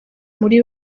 muri